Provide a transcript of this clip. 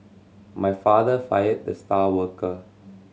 my father fired the star worker